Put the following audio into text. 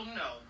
no